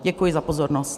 Děkuji za pozornost.